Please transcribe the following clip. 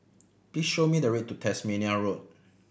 please show me the way to Tasmania Road